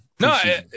No